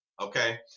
Okay